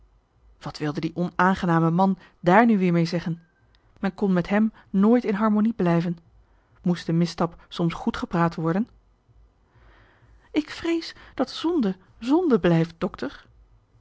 wat wilde die onaangename man daar nu weer mee zeggen men kon met hem nooit in harmonie blijven moest de misstap soms goedgepraat worden ik vrees dat zonde zonde blijft dokter